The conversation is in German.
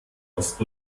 ost